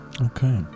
Okay